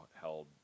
held